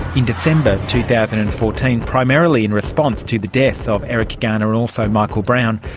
in december two thousand and fourteen, primarily in response to the death of eric garner and also michael brown,